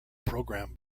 program